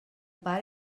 pare